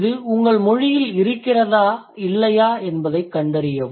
இது உங்கள் மொழியில் இருக்கிறதா இல்லையா என்பதைக் கண்டறியவும்